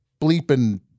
bleeping